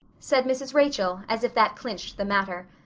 said mrs. rachel, as if that clinched the matter.